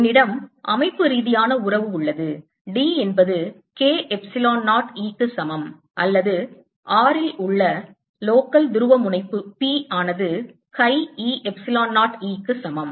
என்னிடம் அமைப்பு ரீதியான உறவு உள்ளது D என்பது K எப்சிலோன் 0 Eக்கு சமம் அல்லது r இல் உள்ள local துருவமுனைப்பு P ஆனது chi e எப்சிலான் 0 Eக்கு சமம்